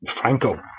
Franco